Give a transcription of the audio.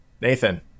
Nathan